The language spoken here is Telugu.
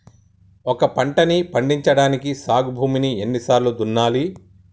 ఒక పంటని పండించడానికి సాగు భూమిని ఎన్ని సార్లు దున్నాలి?